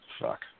Fuck